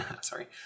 sorry